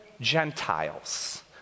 Gentiles